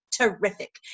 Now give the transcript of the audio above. terrific